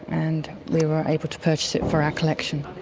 and we were able to purchase it for our collection.